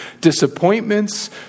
disappointments